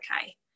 okay